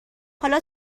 حالا